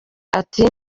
ati